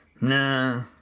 Nah